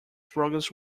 progress